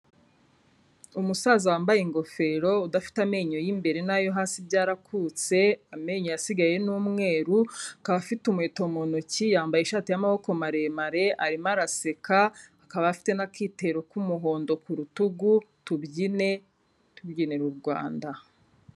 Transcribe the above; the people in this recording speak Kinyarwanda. Umusaza wambaye ingofero, udafite amenyo y'imbere n'ayo hasi byarakutse, amenyo yasigaye ni umweru, akaba afite umuheto mu ntoki, yambaye ishati y'amaboko maremare, arimo araseka akaba afite n'akitero k'umuhondo ku rutugu, tubyine tubyinira u Rwanda.